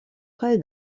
kaj